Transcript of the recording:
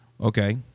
Okay